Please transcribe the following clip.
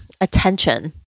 attention